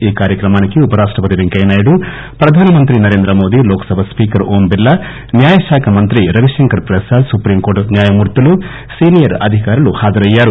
ఈ కార్సక్రమానికి ఉప రాప్రపతి పెంకయ్యనాయుడు ప్రధానమంత్రి నరేంద్రమోదీ లోక్ సభ స్పీకర్ ఓం బిర్లా న్యాయశాఖ మంత్రి రవిశంకర్ ప్రసాద్ సుప్రీంకోర్టు న్యాయమూర్తులు సీనియర్ అధికారులు హాజరయ్యారు